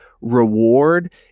reward